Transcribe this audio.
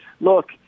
Look